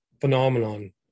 phenomenon